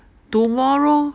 tomorrow